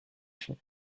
fond